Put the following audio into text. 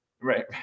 Right